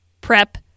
prep